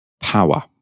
power